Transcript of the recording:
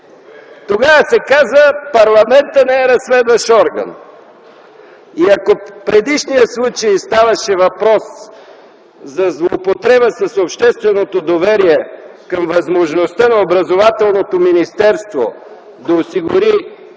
тогава се каза: „Парламентът не е разследващ орган”. И ако в предишния случай ставаше въпрос за злоупотреба с общественото доверие към възможността на Образователното министерство да организира